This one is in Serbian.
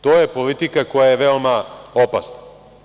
To je politika koja je veoma opasna.